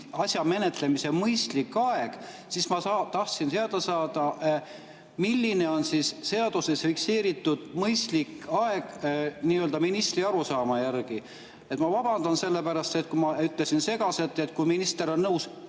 asja menetlemise mõistlik aeg, siis ma tahtsin teada saada, milline on seaduses fikseeritud mõistlik aeg ministri arusaama järgi. Ma vabandan sellepärast, kui ma ütlesin segaselt, aga ehk minister on nõus